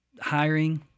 hiring